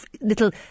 little